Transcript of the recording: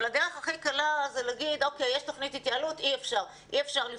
אבל הדרך הכי קלה זה להגיד אוקיי יש תוכנית התייעלות אי אפשר לפתוח.